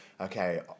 Okay